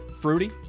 fruity